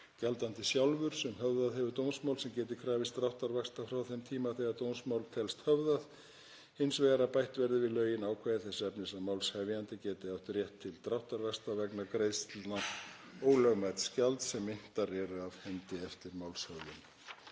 gjaldandi sjálfur sem höfðað hefur dómsmál, sem geti krafist dráttarvaxta frá þeim tíma þegar dómsmál telst höfðað. Hins vegar að bætt verði við lögin ákvæði þess efnis að málshefjandi geti átt rétt til dráttarvaxta vegna greiðslna ólögmæts gjalds sem inntar eru af hendi eftir málshöfðun.